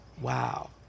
Wow